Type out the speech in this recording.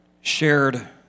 shared